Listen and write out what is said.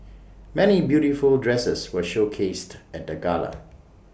many beautiful dresses were showcased at the gala